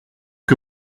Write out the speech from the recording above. que